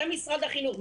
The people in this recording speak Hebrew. למשרד החינוך,